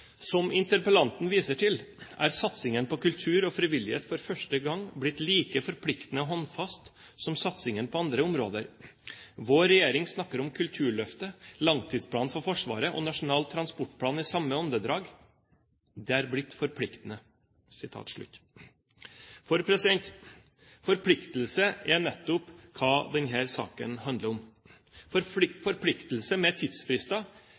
«Som interpellanten viser til, er satsingen på kultur og frivillighet for første gang blitt like forpliktende og håndfast som satsingen på andre områder. Vår regjering snakker om Kulturløftet, langtidsplanen for Forsvaret og Nasjonal transportplan i samme åndedrag. Det er blitt forpliktende.» Forpliktelse er nettopp hva denne saken handler om. Forpliktelse med tidsfrister